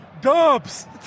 dubs